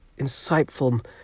insightful